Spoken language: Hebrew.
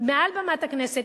מעל במת הכנסת,